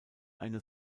eine